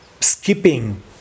skipping